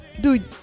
dude